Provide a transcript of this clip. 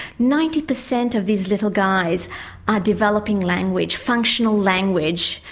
ninety percent of these little guys are developing language, functional language,